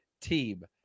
team